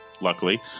luckily